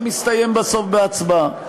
וזה מסתיים בסוף בהצבעה.